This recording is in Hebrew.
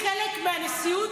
חברת הכנסת